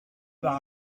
par